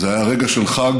זה היה רגע של חג,